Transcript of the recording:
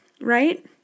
right